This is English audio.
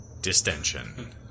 Distension